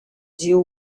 deal